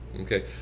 Okay